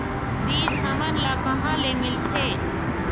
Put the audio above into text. बीज हमन ला कहां ले मिलथे?